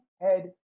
head